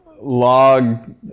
log